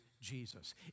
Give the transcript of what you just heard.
Jesus